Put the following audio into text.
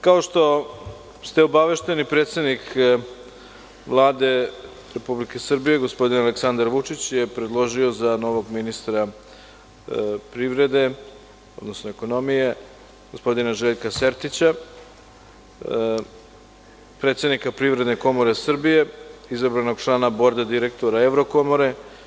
Kao što ste obavešteni, predsednik Vlade Republike Srbije, gospodin Aleksandar Vučić, je predložio za novog ministra privrede odnosno ekonomije gospodina Željka Sertića, predsednika Privredne komore Srbije, izabranog člana Borda direktora „Evrokomore“